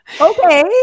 Okay